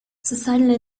социальная